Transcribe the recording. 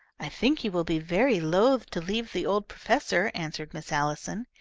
i think he will be very loath to leave the old professor, answered miss allison.